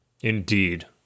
Indeed